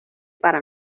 para